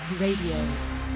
RADIO